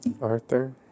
Arthur